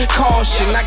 caution